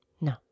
No